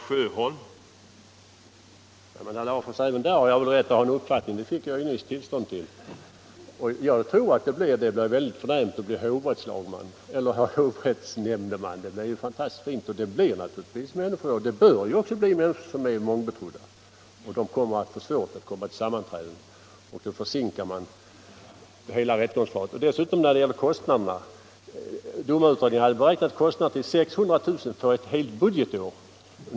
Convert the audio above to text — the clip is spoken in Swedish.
Herr talman! Även på den punkten har jag rätt att ha en egen uppfattning — det fick jag ju nyss tillstånd till. Jag tror att det blir mycket förnämligt att få bli hovrättsnämndeman. Det är fantastiskt fint! Det blir och bör bli människor som är mång betrodda. De får svårt att komma till sammanträdena, och då försinkas hela rättegångsförfarandet. Dessutom har vi kostnaderna. Domarutredningen hade beräknat kostnaderna till 600 000 kr. för ett helt budgetår.